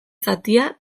zatia